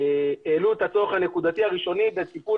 העלו את הצורך הנקודתי הראשוני וטיפול